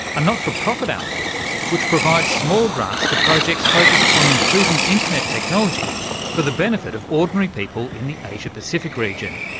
a not-for-profit outfit which provides small grants to projects focused on improving internet technology for the benefit of ordinary people in the asia-pacific region.